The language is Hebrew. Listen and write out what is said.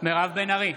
מירב בן ארי,